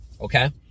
okay